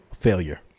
failure